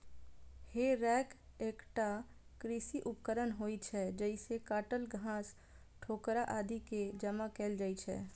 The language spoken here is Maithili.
हे रैक एकटा कृषि उपकरण होइ छै, जइसे काटल घास, ठोकरा आदि कें जमा कैल जाइ छै